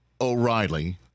O'Reilly